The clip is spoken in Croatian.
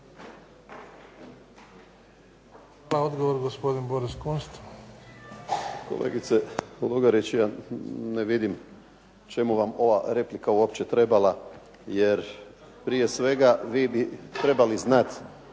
Kunst. **Kunst, Boris (HDZ)** Kolegice Lugarić, ja ne vidim čemu vam ova replika uopće trebala, jer prije svega vi bi trebali znati